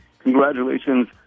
Congratulations